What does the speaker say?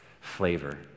flavor